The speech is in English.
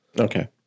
okay